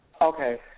Okay